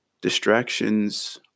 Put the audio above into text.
distractions